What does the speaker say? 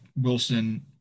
Wilson